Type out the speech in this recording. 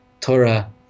Torah